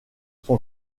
son